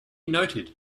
noted